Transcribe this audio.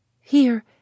Here